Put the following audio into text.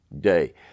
day